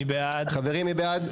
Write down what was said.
מי בעד ההסתייגויות?